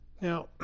Now